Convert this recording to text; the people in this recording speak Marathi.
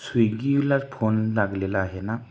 स्विगीला फोन लागलेला आहे ना